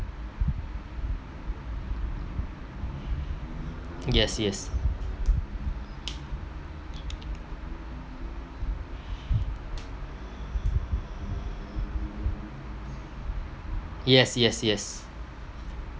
yes yes yes yes yes